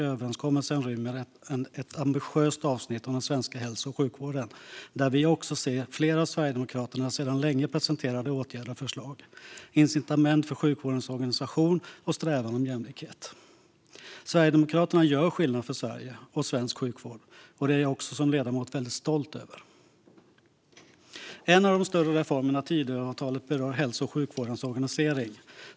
Överenskommelsen rymmer ett ambitiöst avsnitt om den svenska hälso och sjukvården, där vi också ser flera av Sverigedemokraternas sedan länge presenterade åtgärder och förslag, incitament för sjukvårdens organisation och strävan mot jämlikhet. Sverigedemokraterna gör skillnad för Sverige och svensk sjukvård, och det är jag som ledamot väldigt stolt över. En av de större reformerna i Tidöavtalet berör hälso och sjukvårdens organisering.